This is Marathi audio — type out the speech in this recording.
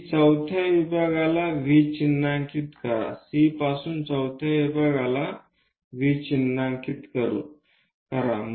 C चौथ्या विभागाला V चिन्हांकित करा